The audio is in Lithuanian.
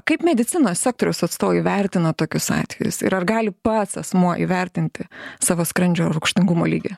kaip medicinos sektoriaus atstovai vertina tokius atvejus ir ar gali pats asmuo įvertinti savo skrandžio rūgštingumo lygį